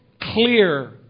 clear